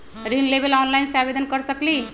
ऋण लेवे ला ऑनलाइन से आवेदन कर सकली?